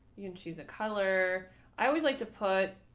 you can choose a color i always like to put,